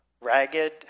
ragged